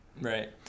Right